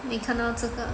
你看到这个